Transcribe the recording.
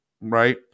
right